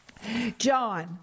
John